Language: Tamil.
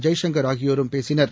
ஜெய்சங்கர் ஆகியோரும் பேசினர்